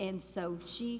and so she